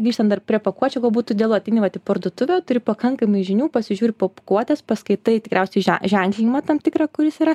grįžtant dar prie pakuočių gal būtų idealu ateini vat į parduotuvę turi pakankamai žinių pasižiūri popkuotes paskaitai tikriausiai že ženklinimą tam tikrą kuris yra